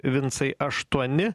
vincai aštuoni